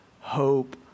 hope